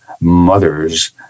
mothers